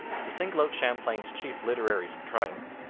to single out champlain's chief literary triumph,